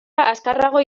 azkarrago